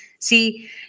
See